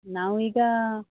ನಾವು ಈಗ